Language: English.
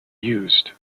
used